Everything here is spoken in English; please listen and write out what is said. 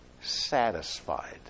satisfied